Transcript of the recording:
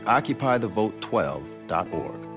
OccupyTheVote12.org